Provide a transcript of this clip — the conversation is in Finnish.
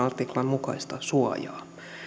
mukaista suojaa